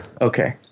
Okay